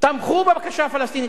תמכו בבקשה הפלסטינית.